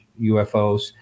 UFOs